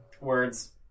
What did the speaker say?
Words